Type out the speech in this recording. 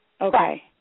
Okay